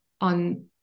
on